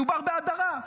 מדובר בהדרה.